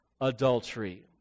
adultery